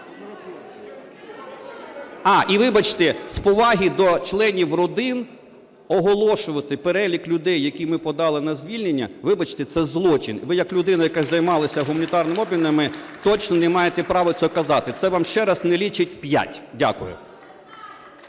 А, і вибачте, з поваги до членів родин, оголошувати перелік людей, який ми подали на звільнення, вибачте, це злочин. Ви як людина, яка займалася гуманітарними обмінами, точно не маєте права цього казати. Це вам ще раз не личить. П'ять. Дякую.